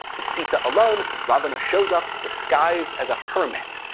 with sita alone, ravana shows up disguised as a hermit.